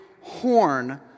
horn